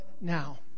now